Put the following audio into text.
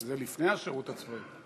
זה לפני השירות הצבאי,